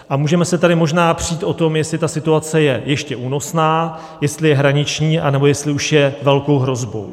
A můžeme se tady možná přít o tom, jestli ta situace je ještě únosná, jestli je hraniční, anebo jestli už je velkou hrozbou.